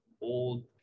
old